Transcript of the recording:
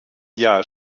jahr